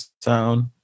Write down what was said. sound